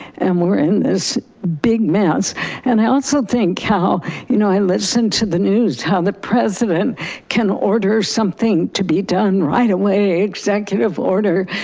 and we're in this big mess and i also think how you know, i listened to the news how the president can order something to be done right away executive order,